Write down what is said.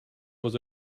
was